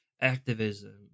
activism